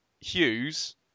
Hughes